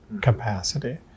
capacity